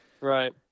Right